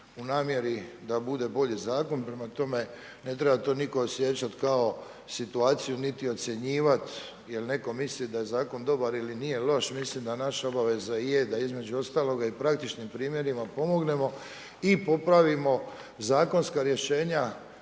u namjeri da bude bolji zakon, prema tome ne treba to nitko osjećat kao situaciju, niti ocjenjivati jer netko misli da je zakon dobar ili nije loš, mislim da naša obaveza i je da između ostaloga i praktičnim primjerima pomognemo i popravimo zakonska rješenja